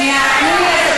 ברור.